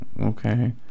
okay